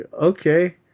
okay